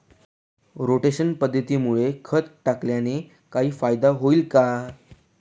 Rotation पद्धतीमुळे खत टाकल्याने काही फायदा होईल का?